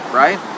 right